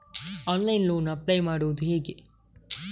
Online loan apply ಮಾಡುವುದು ಹೇಗೆ?